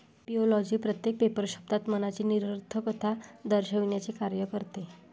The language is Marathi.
ऍपिओलॉजी प्रत्येक पेपर शब्दात मनाची निरर्थकता दर्शविण्याचे कार्य करते